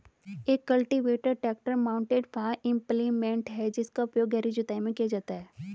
एक cultivator tractor mounted farm implement है जिसका उपयोग गहरी जुताई में किया जाता है